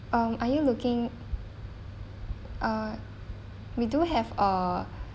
um are you looking uh we do have a